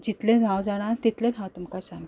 जितलें हांव जाणां तितलेंचा हांव तुमकां सांगतां